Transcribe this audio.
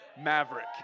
Maverick